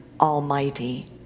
Almighty